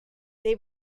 they